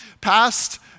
past